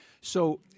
So-